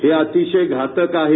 हे अतिशय घातक आहे